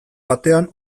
batean